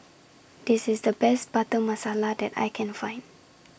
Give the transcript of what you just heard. This IS The Best Butter Masala that I Can Find